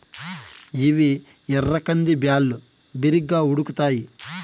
ఇవి ఎర్ర కంది బ్యాళ్ళు, బిరిగ్గా ఉడుకుతాయి